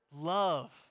love